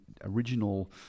original